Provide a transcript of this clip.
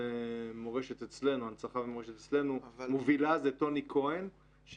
הנצחה ומורשת אצלנו היא טוני כהן.